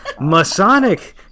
Masonic